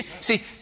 See